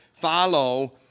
follow